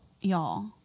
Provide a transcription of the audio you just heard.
y'all